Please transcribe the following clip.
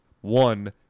One